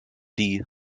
die